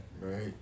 Right